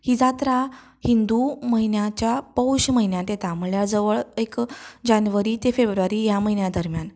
ही जात्रा हिंदू म्हयन्याच्या पौश म्हयन्यांत येता म्हळ्यार जवळ एक जानेवारी ते फेब्रुवारी ह्या म्हयन्या दरम्यान